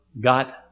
got